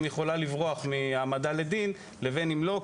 אם היא יכולה לברוח מהעמדה לדין לבין אם לא,